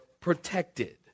protected